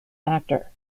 actor